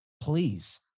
please